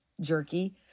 jerky